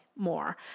more